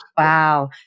Wow